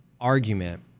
argument